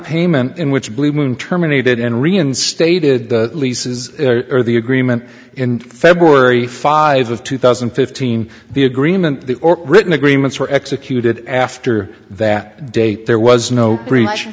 payment in which blue moon terminated and reinstated the leases or the agreement in february five of two thousand and fifteen the agreement the or written agreements were executed after that date there was no breach